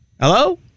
Hello